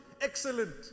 Excellent